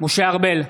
משה ארבל,